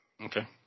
Okay